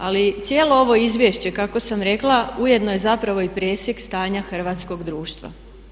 Ali cijelo ovo izvješće kako sam rekla ujedno je zapravo i presjek stanja hrvatskog društva.